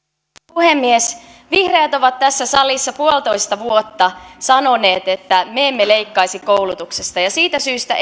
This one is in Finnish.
puhemies vihreät ovat tässä salissa puolitoista vuotta sanoneet että me emme leikkaisi koulutuksesta ja ja siitä syystä